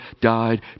died